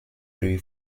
tree